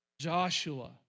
Joshua